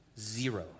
Zero